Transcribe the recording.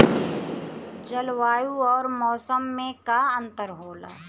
जलवायु और मौसम में का अंतर होला?